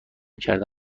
کرده